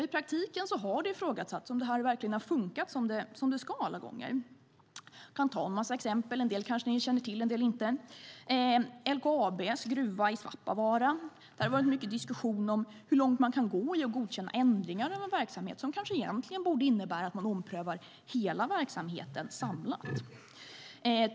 I praktiken har det ifrågasatts om det här verkligen har funkat som det ska alla gånger. Jag kan ta några exempel. En del kanske ni känner till, en del inte. När det gäller LKAB:s gruva i Svappavaara har det varit mycket diskussion om hur långt man kan gå i att godkänna ändringar av en verksamhet som kanske egentligen borde innebära att man omprövar hela verksamheten samlat.